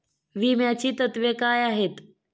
विम्याची तत्वे काय आहेत?